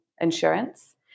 insurance